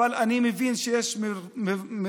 אני מבין שיש מרווח